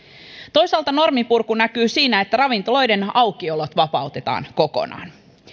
toisaalta norminpurku näkyy siinä että ravintoloiden aukiolot vapautetaan kokonaan